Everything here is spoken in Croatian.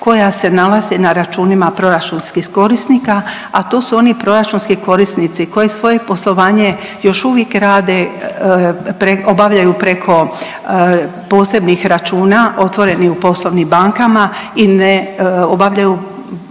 koja se nalaze na računima proračunskih korisnika, a to su oni proračunski korisnici koji svoje poslovanje još uvijek rade, obavljaju preko posebnih računa otvorenih u poslovnim bankama i ne obavljaju